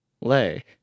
Lay